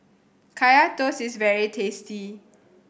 Kaya Toast is very tasty